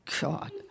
God